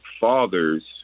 fathers